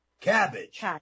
cabbage